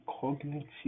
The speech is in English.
cognitive